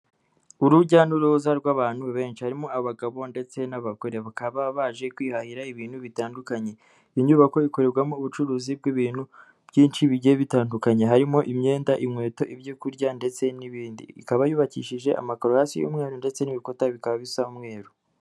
Urujya n'uruza rw'abantu benshi, harimo abagabo ndetse n'abagore, bakaba baje kwihahira ibintu bitandukanye. Iyi nyubako ikorerwamo ubucuruzi bw'ibintu byinshi bigiye bitandukanye, harimo imyenda, inkweto, ibyo kurya ndetse n'indi, ikaba yubakishije amakaro hasi y'umweru ndetse n'ibikuta bikaba bisa umweru.